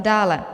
Dále.